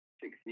six